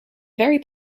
very